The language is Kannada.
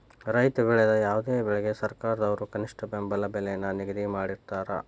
ರೈತ ಬೆಳೆದ ಯಾವುದೇ ಬೆಳೆಗಳಿಗೆ ಸರ್ಕಾರದವ್ರು ಕನಿಷ್ಠ ಬೆಂಬಲ ಬೆಲೆ ನ ನಿಗದಿ ಮಾಡಿರ್ತಾರ